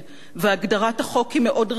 והגדרת החוק היא מאוד רחבה.